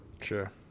Sure